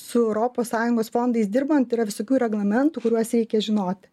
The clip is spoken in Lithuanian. su europos sąjungos fondais dirbant yra visokių reglamentų kuriuos reikia žinoti